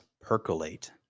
percolate